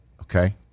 okay